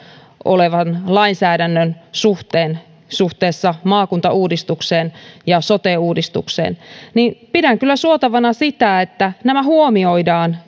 olevan lainsäädännön suhteen suhteessa maakuntauudistukseen ja sote uudistukseen pidän kyllä suotavana sitä että nämä huomioidaan